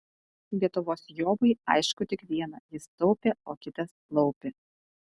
lietuvos jobui aišku tik viena jis taupė o kitas laupė